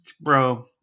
bro